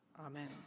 Amen